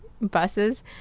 buses